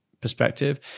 perspective